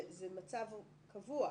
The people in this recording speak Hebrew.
זה מצב קבוע.